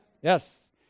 Yes